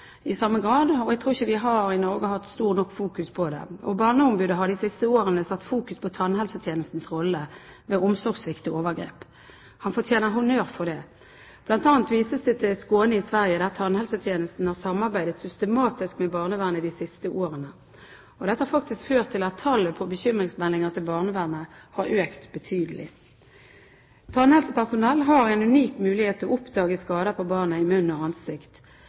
i samme grad før, og jeg tror ikke vi i Norge har fokusert nok på det. Barneombudet har de siste årene fokusert på tannhelsetjenestens rolle ved omsorgssvikt og overgrep. Han fortjener honnør for det. Blant annet vises det til Skåne i Sverige, der tannhelsetjenestene har samarbeidet systematisk med barnevernet de siste årene. Dette har faktisk ført til at tallet på bekymringsmeldinger til barnevernet har økt betydelig. Tannhelsepersonell har en unik mulighet til å oppdage skader på barnet i munn og ansikt.